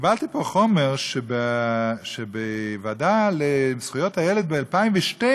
קיבלתי פה חומר שבוועדה לזכויות הילד כבר ב-2012